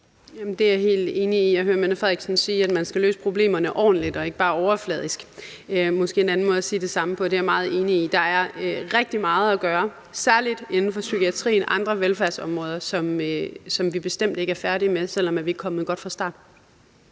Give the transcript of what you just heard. Det er jeg helt enig i. Jeg hører fru Mette Frederiksen sige, at man skal løse problemerne ordentligt og ikke bare overfladisk – det er måske en anden måde at sige det samme på. Det er jeg meget enig i. Der er rigtig meget gøre, særlig inden for psykiatrien og andre velfærdsområder, som vi bestemt ikke er færdige med, selv om vi er kommet godt fra start.